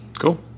Cool